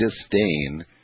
disdain